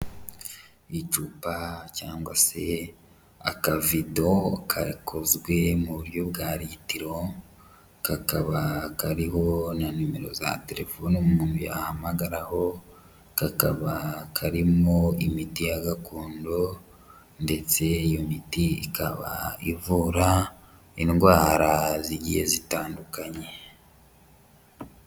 Icupa cyangwa se akavido gakozwe mu buryo bwa litiro, kakaba kariho na nimero za telefone umuntu yahamagaraho, kakaba karimo imiti ya gakondo ndetse iyo miti ikaba ivura indwara z'igiye zitandukanye.